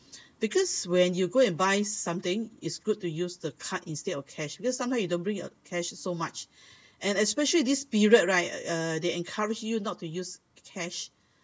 because when you go and buy something is good to use the card instead of cash because sometime you don't bring your cash so much and especially this period right uh they encourage you not to use cash